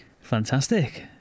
fantastic